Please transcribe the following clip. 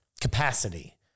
capacity